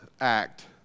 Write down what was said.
Act